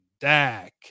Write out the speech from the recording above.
Dak